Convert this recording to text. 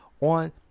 on